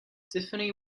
tiffany